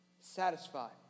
Satisfied